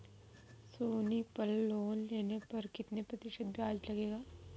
सोनी पल लोन लेने पर कितने प्रतिशत ब्याज लगेगा?